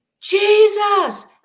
Jesus